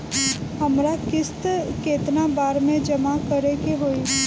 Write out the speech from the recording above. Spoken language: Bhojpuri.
हमरा किस्त केतना बार में जमा करे के होई?